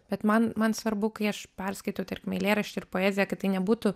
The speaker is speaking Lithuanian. bet man man svarbu kai aš perskaitau tarkim eilėraštį ar poeziją kad tai nebūtų